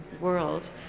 world